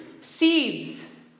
Seeds